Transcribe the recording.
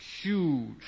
huge